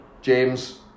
James